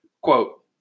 Quote